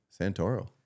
Santoro